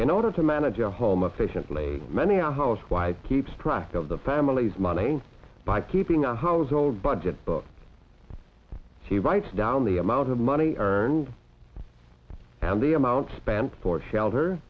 in order to manage a home officially many a housewife keeps track of the family's money by keeping a household budget book she writes down the amount of money earned and the amount spent for shelter